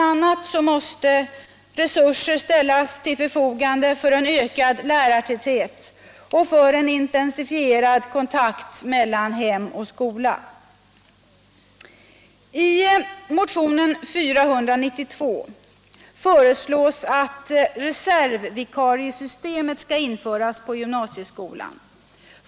a. måste resurser ställas till förfogande för en ökad lärartäthet och för en intensifierad kontakt mellan hem och skola. I motionen 1976/77:492 föreslås att reservvikariesystemet skall införas på gymnasieskolan.